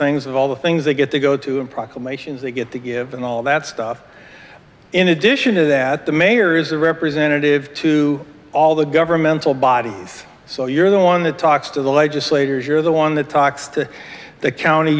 things of all the things they get to go to and proclamations they get to given all that stuff in addition to that the mayor is the representative to all the governmental bodies so you're the one that talks to the legislators you're the one that talks to the county